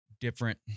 different